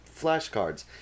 flashcards